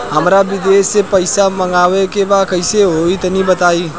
हमरा विदेश से पईसा मंगावे के बा कइसे होई तनि बताई?